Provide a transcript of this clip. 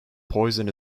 poison